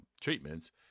treatments